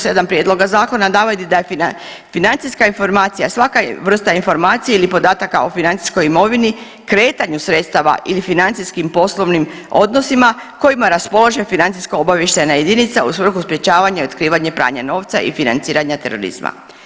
7. prijedloga zakona navodi da je financijska informacija svaka vrsta informacije ili podataka o financijskoj imovini, kretanju sredstava ili financijskim poslovnim odnosima kojima raspolaže financijska obavještajna jedinica u svrhu sprječavanja i otkrivanja pranja novca i financiranja terorizma.